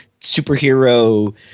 superhero